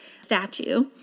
statue